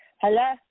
hello